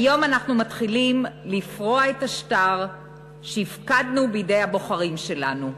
היום אנחנו מתחילים לפרוע את השטר שהפקדנו בידי הבוחרים שלנו.